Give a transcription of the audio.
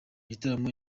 gitaramo